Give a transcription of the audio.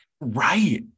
Right